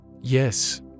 Yes